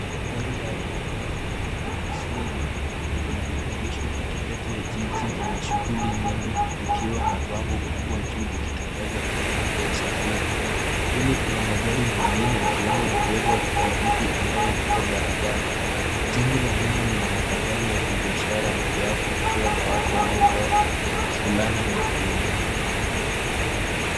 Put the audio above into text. Gari la abiria la isuzu limeegeshwa kati kati ya jiji lenye shughuli nyingi likiwa na bango kubwa juu likitangaza huduma za kusafiri. Pili kuna magari mengine ikiwemo dereva wa pikipiki anayevuka barabara. Jengo la nyuma lina matangazo ya kibiashara moja yapo likiwa na watu waliovalia fulana nyekundu,